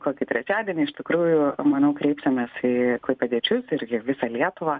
kokį trečiadienį iš tikrųjų manau kreipsimės į klaipėdiečius irgi visą lietuvą